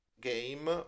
game